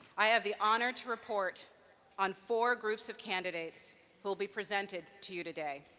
i have the honor to report on four groups of candidates who will be presented to you today.